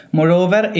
Moreover